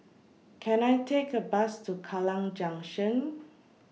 Can I Take A Bus to Kallang Junction